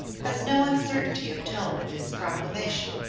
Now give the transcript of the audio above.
has no uncertainty of tone in its proclamation